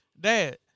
Dad